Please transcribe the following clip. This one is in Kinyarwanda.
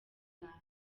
uganda